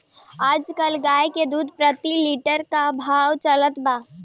आज कल गाय के दूध प्रति लीटर का भाव चलत बा?